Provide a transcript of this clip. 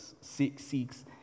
seeks